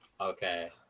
Okay